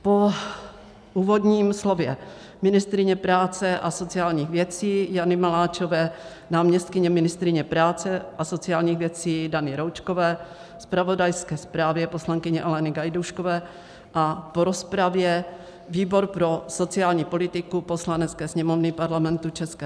Po úvodním slově ministryně práce a sociálních věcí Jany Maláčové, náměstkyně ministryně práce a sociálních věcí Dany Roučkové, zpravodajské zprávě poslankyně Aleny Gajdůškové a po rozpravě výbor pro sociální politiku Poslanecké sněmovny Parlamentu ČR